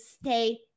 stay